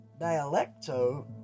Dialecto